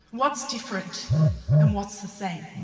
what's different and what's the same?